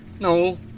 No